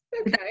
Okay